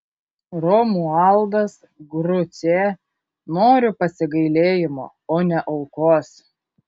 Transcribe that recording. romualdas grucė noriu pasigailėjimo o ne aukos